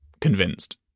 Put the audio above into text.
convinced